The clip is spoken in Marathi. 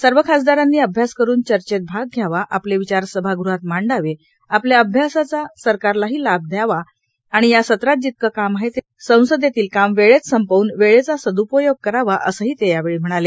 सर्व खासदारांनी अभ्यास करून चर्चेत भाग घ्यावा आपले विचार सभाग़हात मांडावे आपल्या अभ्यासाचा सरकारलाही लाभ द्यावा आणि या सत्रात जितके काम आहे ते संसदेतील काम संपवून वेळेचा सद्पयोग करावा असंही ते यावेळी म्हणाले